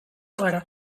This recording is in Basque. gara